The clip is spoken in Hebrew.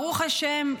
ברוך השם,